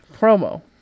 promo